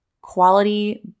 quality